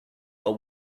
are